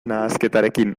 nahasketarekin